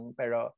pero